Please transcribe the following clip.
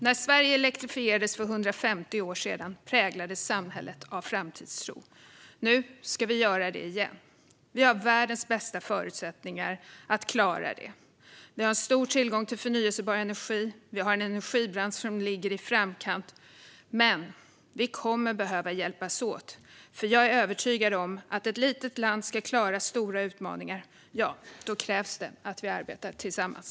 När Sverige elektrifierades för 150 år sedan präglades samhället av framtidstro. Nu ska vi göra det igen. Vi har världens bästa förutsättningar att klara det. Vi har stor tillgång till förnybar energi. Vi har en energibransch som ligger i framkant. Vi kommer dock att behöva hjälpas åt, för jag är övertygad om att om ett litet land ska klara stora utmaningar krävs det att vi arbetar tillsammans.